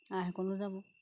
আই সকলো যাব